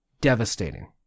devastating